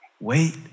Wait